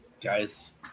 guys